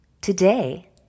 Today